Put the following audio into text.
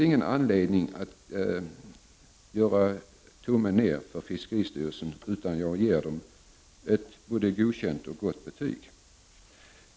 Därför vill jag ge fiskeristyrelsen ett gott betyg.